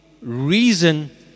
reason